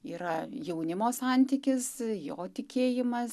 yra jaunimo santykis jo tikėjimas